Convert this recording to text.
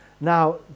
Now